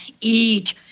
Eat